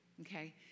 Okay